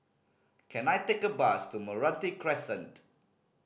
can I take a bus to Meranti Crescent